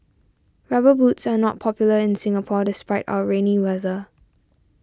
rubber boots are not popular in Singapore despite our rainy weather